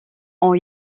ont